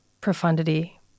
profundity